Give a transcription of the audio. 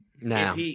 Now